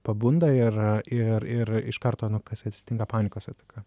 pabunda ir ir ir iš karto nu kas atsitinka panikos ataka